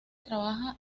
trabaja